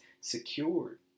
secured